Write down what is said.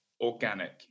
organic